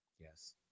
yes